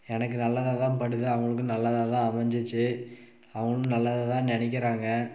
எனக்கு நல்லதாக தான் படுது அவங்களுக்கும் நல்லதாகதான் அமைஞ்சிச்சி அவங்களும் நல்லதாக தான் நினைக்கிறாங்க